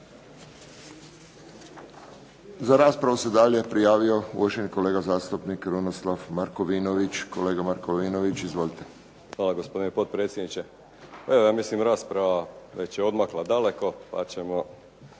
Za raspravu se dalje prijavio uvaženi kolega zastupnik Krunoslav Markovinović. Kolega Markovinović izvolite. **Markovinović, Krunoslav (HDZ)** Hvala gospodine potpredsjedniče. Pa evo ja mislim rasprava već je odmakla daleko pa ćemo